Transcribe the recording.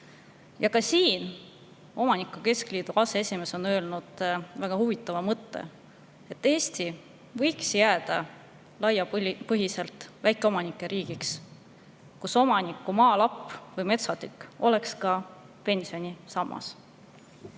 kohta on omanike keskliidu aseesimees öelnud väga huvitava mõtte: Eesti võiks jääda laiapõhjaliselt väikeomanike riigiks, kus omaniku maalapp või metsatükk oleks talle ka pensionisammas.